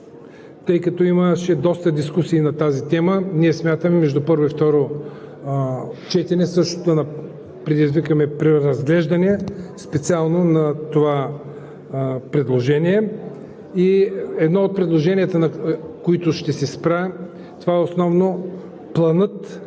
Тъй като имаше доста дискусии на тази тема, ние смятаме между първо и второ четене също да предизвикаме преразглеждане специално на това предложение. Едно от предложенията, на които ще се спра, основно е планът